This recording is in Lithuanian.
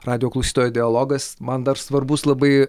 radijo klausytojo dialogas man dar svarbus labai